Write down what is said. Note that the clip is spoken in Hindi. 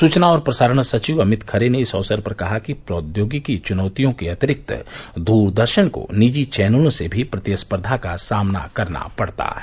सूचना और प्रसारण सचिव अमित खरे ने इस अवसर पर कहा कि प्रौद्योगिकी चुनौतियों के अतिरिक्त द्रदर्शन को निजी चौनलों से भी प्रतिस्पर्धा का सामना करना पड़ता है